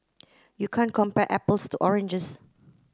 you can't compare apples to oranges